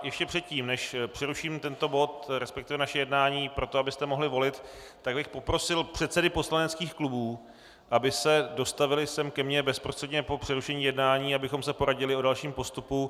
Ještě předtím, než přeruším tento bod, resp. naše jednání, pro to, abyste mohli volit, tak bych poprosil předsedy poslaneckých klubů, aby se dostavili sem ke mně bezprostředně po přerušení jednání, abychom se poradili o dalším postupu.